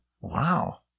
Wow